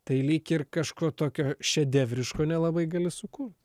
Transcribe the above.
tai lyg ir kažko tokio šedevriško nelabai gali sukurt